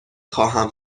خواهم